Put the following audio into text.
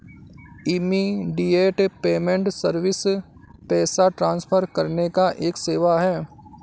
immediate payment service पैसा transfer करने का एक सेवा है